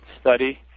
study